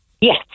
Yes